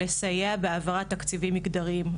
לסייע בהעברת תקציבים מגדריים,